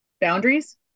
Boundaries